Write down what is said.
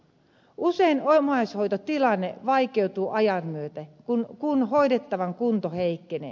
usein omaishoitotilanne vaikeutuu ajan myötä kun hoidettavan kunto heikkenee